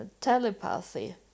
telepathy